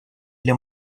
для